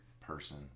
person